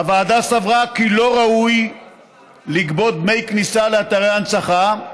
הוועדה סברה כי לא ראוי לגבות דמי כניסה לאתרי הנצחה,